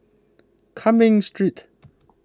Cumming Street